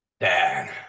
Dan